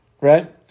right